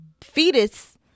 fetus